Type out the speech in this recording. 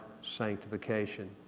sanctification